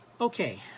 Okay